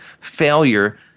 failure